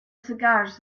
cigars